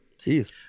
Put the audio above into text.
Jeez